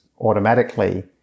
automatically